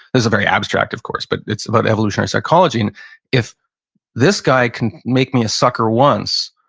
is very abstract of course, but it's about evolutionary psychology. and if this guy can make me a sucker once,